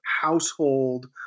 household